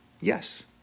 Yes